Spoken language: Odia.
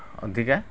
ଅଧିକା